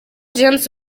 james